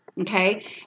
okay